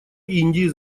индии